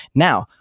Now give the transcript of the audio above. now,